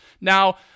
Now